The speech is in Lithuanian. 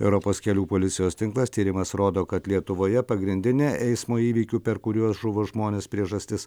europos kelių policijos tinklas tyrimas rodo kad lietuvoje pagrindinė eismo įvykių per kuriuos žuvo žmonės priežastis